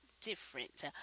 different